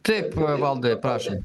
taip valdai prašom